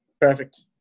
Perfect